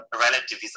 relativism